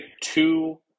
two